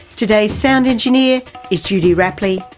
today's sound engineer is judy rapley.